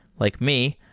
like me,